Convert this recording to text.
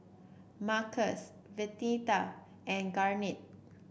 Marcus Venita and Garnett